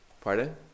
Pardon